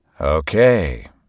Okay